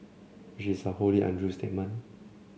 which is a wholly untrue statement